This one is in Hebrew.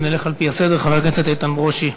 ונלך על-פי הסדר: חבר הכנסת איתן ברושי,